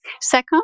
Second